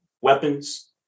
weapons